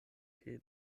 pelu